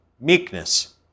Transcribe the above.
meekness